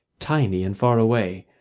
tiny and far away,